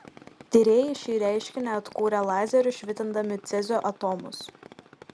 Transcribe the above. tyrėjai šį reiškinį atkūrė lazeriu švitindami cezio atomus